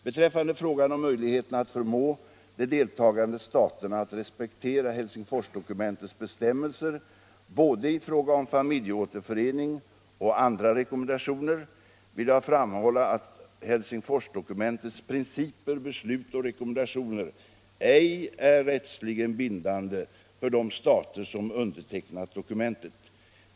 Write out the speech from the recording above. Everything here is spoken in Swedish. Beträffande frågan om möjligheterna att förmå de deltagande staterna att respektera Helsingforsdokumentets bestämmelser i fråga om både familjeåterförening och andra rekommendationer vill jag framhålla att Helsingforsdokumentets principer, beslut och rekommendationer ej är rättsligen bindande för de stater som undertecknat dokumentet.